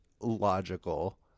logical